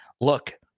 look